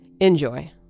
enjoy